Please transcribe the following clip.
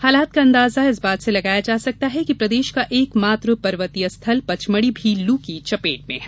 हालात का अंदाजा इस बात से लगाया जा सकता है कि प्रदेश का एक मात्र पर्वतीय स्थल पचमढ़ी भी लू की चपेट में है